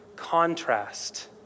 contrast